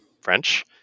French